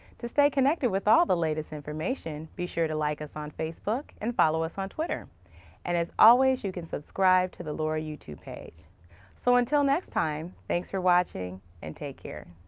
to stay connected with all the latest information be sure to like us on facebook and follow us on twitter and as always you can subscribe to the lara youtube page so until next time thanks for watching and take care.